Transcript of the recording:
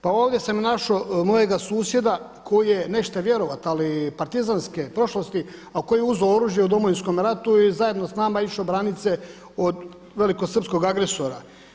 Pa ovdje sam našao mojega susjeda koji je nećete vjerovati ali partizanske prošlosti, a koji je uzeo oružje u Domovinskom ratu i zajedno sa nama išao branit se od velikosrpskog agresora.